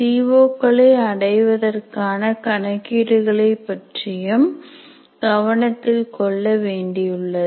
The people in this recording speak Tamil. சி ஓ களை அடைவதற்கான கணக்கீடுகளை பற்றியும் கவனத்தில் கொள்ள வேண்டியுள்ளது